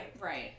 Right